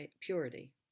purity